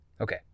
Okay